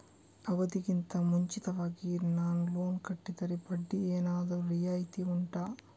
ಅವಧಿ ಗಿಂತ ಮುಂಚಿತವಾಗಿ ನಾನು ಲೋನ್ ಕಟ್ಟಿದರೆ ಬಡ್ಡಿ ಏನಾದರೂ ರಿಯಾಯಿತಿ ಉಂಟಾ